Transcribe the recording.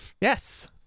Yes